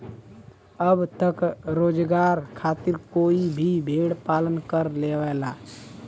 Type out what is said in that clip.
अब त रोजगार खातिर कोई भी भेड़ पालन कर लेवला